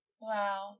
Wow